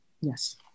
yes